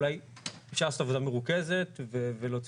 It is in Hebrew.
אולי אפשר לעשות עבודה מרוכזת ולהוציא